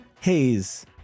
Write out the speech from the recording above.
Haze